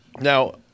Now